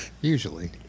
Usually